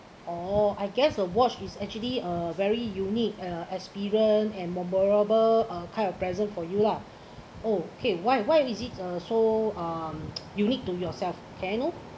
oh I guess a watch is actually a very unique uh experience and memorable uh kind of present for you lah okay why why is it uh so um unique to yourself can I know